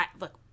Look